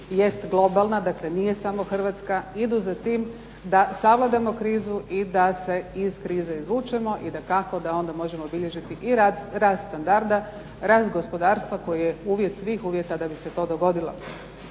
jest globalna, dakle nije samo hrvatska, idu za tim da savladamo krizu i da se iz krize izvučemo i dakako da onda možemo obilježiti i rast standarda, rast gospodarstva koji je uvjet svih uvjeta da bi se to dogodilo.